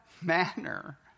manner